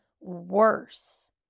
worse